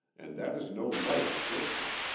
and that is no light affliction.